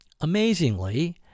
amazingly